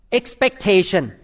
expectation